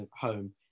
Home